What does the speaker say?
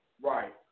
Right